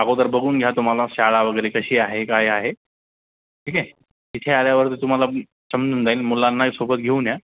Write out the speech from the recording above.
अगोदर बघून घ्या तुम्हाला शाळा वगैरे कशी आहे काय आहे ठीक आहे इथे आल्यावरती तुम्हाला समजून जाईल मुलांना सोबत घेऊन या